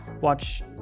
watch